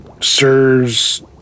sirs